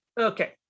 Okay